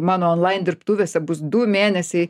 mano onlain dirbtuvėse bus du mėnesiai